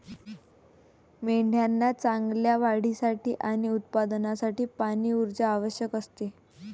मेंढ्यांना चांगल्या वाढीसाठी आणि उत्पादनासाठी पाणी, ऊर्जा आवश्यक असते